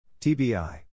TBI